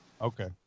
Okay